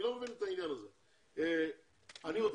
אני לא מבין את העניין הזה.